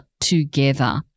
together